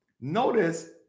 notice